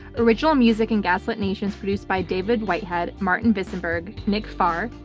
original music in gaslit nation is produced by david whitehead, martin visonberg, nick farr,